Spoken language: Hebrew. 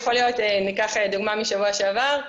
ניקח דוגמא משבוע שעבר,